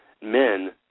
men